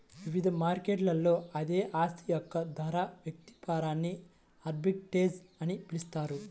వివిధ మార్కెట్లలో అదే ఆస్తి యొక్క ధర వ్యత్యాసాన్ని ఆర్బిట్రేజ్ అని పిలుస్తారు